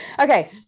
Okay